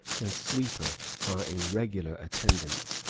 and sweeper are in regular attendance,